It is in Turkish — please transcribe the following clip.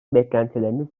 beklentileriniz